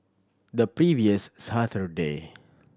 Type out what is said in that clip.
the previous Saturday